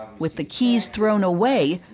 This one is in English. with the keys thrown away,